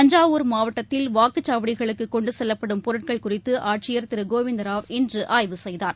தஞ்சாவூர் மாவட்டத்தில் வாக்குச்சாவடிகளுக்கு கொண்டு செல்வப்படும் பொருட்கள் குறித்து ஆட்சியர் கோவிந்தராவ் இன்று ஆய்வு செய்தார்